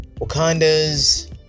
Wakanda's